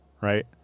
right